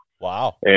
Wow